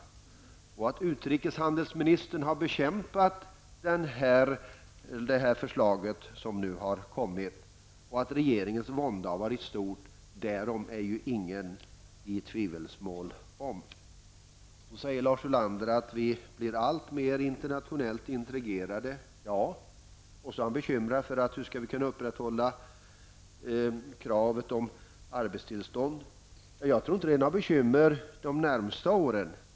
Utrikeshandelsministern har bekämpat det förslag som nu presenterats, och att regeringens vånda har varit stor, därom är ingen i tvivelsmål. Lars Ulander säger att Sverige har blivit mer internationellt integrerat och är bekymrad över hur vi skall kunna upprätthålla kravet på arbetstillstånd. Jag tror inte att det är något bekymmer de närmsta åren.